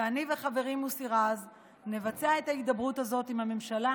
ואני חברי מוסי רז נבצע את ההידברות הזו עם הממשלה,